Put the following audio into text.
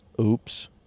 oops